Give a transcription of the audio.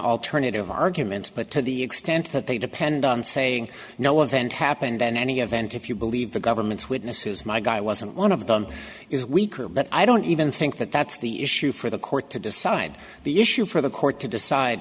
alternative arguments but to the extent that they depend on saying no event happened in any event if you believe the government's witnesses my guy wasn't one of them is weaker but i don't even think that that's the issue for the court to decide the issue for the court to decide